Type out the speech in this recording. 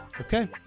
Okay